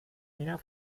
wieder